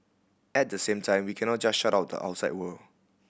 at the same time we cannot just shut out the outside world